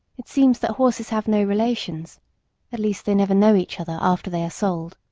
it seems that horses have no relations at least they never know each other after they are sold.